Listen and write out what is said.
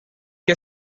que